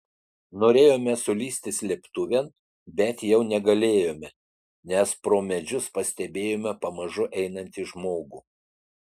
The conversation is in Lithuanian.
norėjome sulįsti slėptuvėn bet jau negalėjome nes pro medžius pastebėjome pamažu einantį žmogų